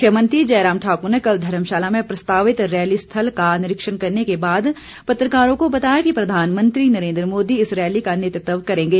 मुख्यमंत्री जयराम ठाक्र ने कल धर्मशाला में प्रस्तावित रैली स्थल का निरीक्षण करने के बाद पत्रकारों को बताया कि प्रधानमंत्री नरेंद्र मोदी इस रैली का नेतृत्व करेंगे